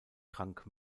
krank